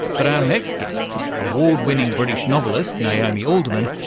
but our next guest, award-winning british novelist naomi alderman,